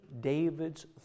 David's